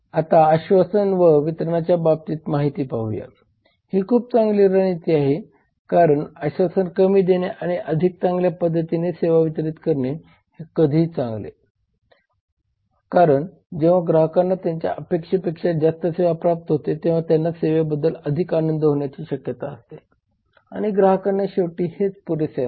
आता आश्वासन व वितरणाच्या बाबतीतील माहिती पाहूया ही खूप चांगली रणनीती आहे कारण आश्वासन कमी देणे आणि अधिक चांगल्या पद्धतीने सेवा वितरित करणे हे कधीही चांगले असते कारण जेव्हा ग्राहकांना त्यांच्या अपेक्षेपेक्षा जास्त सेवा प्राप्त होते तेव्हा त्यांना सेवेबद्दल अधिक आनंद होण्याची शक्यता असते आणि ग्राहकांना शेवटी हेच पुरेसे असते